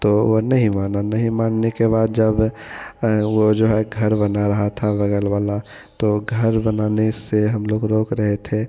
तो वह नहीं माना नहीं मानने के बाद जब वह जो है घर बना रहा था बगल वाला तो घर बनाने से हम लोग रोक रहे थे